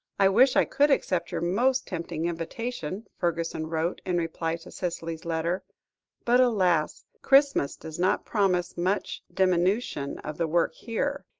i wish i could accept your most tempting invitation, fergusson wrote, in reply to cicely's letter but, alas! christmas does not promise much diminution of the work here.